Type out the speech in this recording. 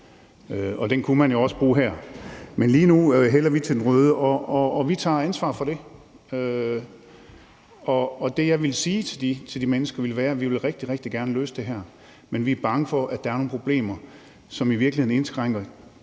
og den kunne man jo også bruge her. Men lige nu hælder vi til den røde, og vi tager ansvar for det. Det, jeg ville sige til de mennesker, ville være, at vi rigtig, rigtig gerne vil løse det her, men vi er bange for, at der er nogle problemer, som i virkeligheden indskrænker